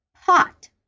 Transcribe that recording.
Pot